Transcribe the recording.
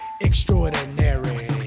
extraordinary